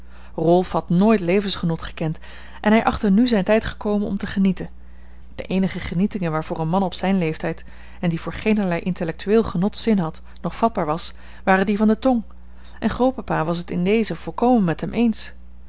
rolf had nooit levensgenot gekend en hij achtte nu zijn tijd gekomen om te genieten de eenige genietingen waarvoor een man op zijn leeftijd en die voor geenerlei intellectueel genot zin had nog vatbaar was waren die van de tong en grootpapa was het in dezen volkomen met hem eens